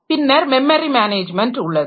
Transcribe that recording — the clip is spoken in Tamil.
பின்னர் மெமரி மேனேஜ்மென்ட் உள்ளது